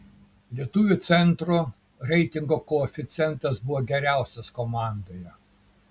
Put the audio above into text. lietuvio centro reitingo koeficientas buvo geriausias komandoje